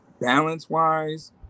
balance-wise